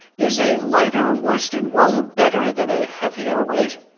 is a lighter worsted wool better than a heavier weight?